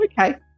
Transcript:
okay